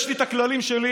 יש לי את הכללים שלי.